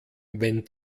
wenn